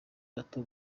bato